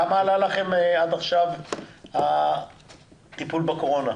כמה עלה לכם עד עכשיו הטיפול בקורונה?